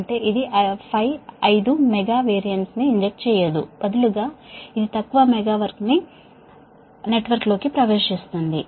అంటే ఇది 5 mega VAR ని ఇంజెక్ట్ చేయదు బదులుగా ఇది తక్కువ మెగావర్ను నెట్వర్క్లోకి ప్రవేశిస్తుంది